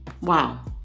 Wow